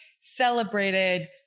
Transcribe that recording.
celebrated